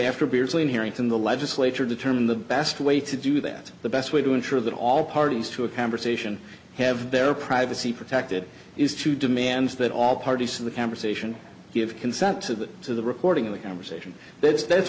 after beardsley inherent in the legislature determine the best way to do that the best way to ensure that all parties to a conversation have their privacy protected is to demand that all parties to the conversation give consent to the to the recording of the conversation because that's